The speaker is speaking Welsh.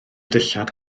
dillad